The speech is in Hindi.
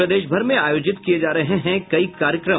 प्रदेशभर में आयोजित किये जा रहे हैं कई कार्यक्रम